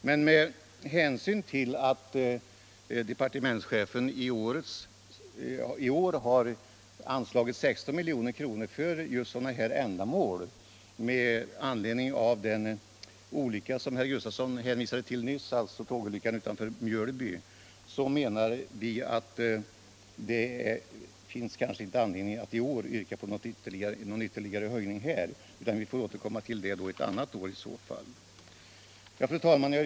Med hänsyn till att departementschefen i år efter tågolyckan utanför Mjölby har föreslagit ett anslag på 16 milj.kr. för just sådana ändamål anser vi att det inte finns anledning att i år yrka på ytterligare höjning. Vi återkommer i stället ett annat år. Fru talman!